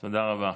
תודה רבה.